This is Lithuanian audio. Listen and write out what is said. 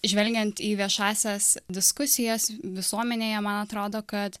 žvelgiant į viešąsias diskusijas visuomenėje man atrodo kad